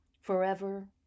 forever